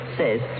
says